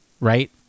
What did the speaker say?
right